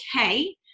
okay